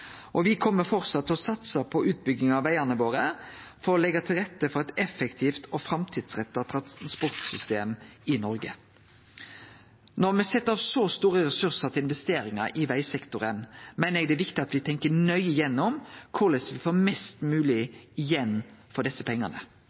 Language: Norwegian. og trafikksikkerheit. Me kjem framleis til å satse på utbygging av vegane våre for å leggje til rette for eit effektivt og framtidsretta transportsystem i Noreg. Når me set av så store ressursar til investeringar i vegsektoren, meiner eg det er viktig at me tenkjer nøye gjennom korleis me får mest mogleg igjen for desse pengane.